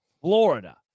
Florida